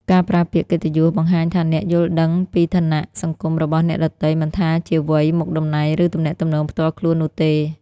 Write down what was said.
ការប្រើពាក្យកិត្តិយសបង្ហាញថាអ្នកយល់ដឹងពីឋានៈសង្គមរបស់អ្នកដទៃ មិនថាជាវ័យ មុខតំណែង ឬទំនាក់ទំនងផ្ទាល់ខ្លួននោះទេ។